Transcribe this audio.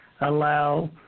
allow